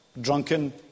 Drunken